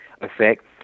effect